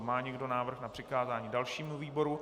Má někdo návrh na přikázání dalšímu výboru?